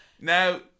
now